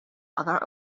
other